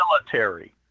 military